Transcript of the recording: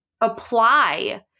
apply